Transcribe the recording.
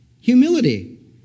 Humility